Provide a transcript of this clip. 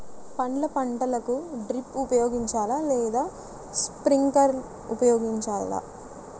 పండ్ల పంటలకు డ్రిప్ ఉపయోగించాలా లేదా స్ప్రింక్లర్ ఉపయోగించాలా?